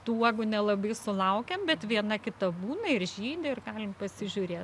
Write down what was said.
tų uogų nelabai sulaukiam bet viena kita būna ir žydi ir galime pasižiūrėt